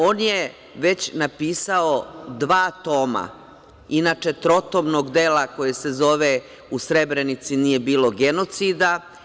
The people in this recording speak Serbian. On je već napisao dva toma inače trotomnog dela koji se zove „U Srebrenici nije bilo genocida“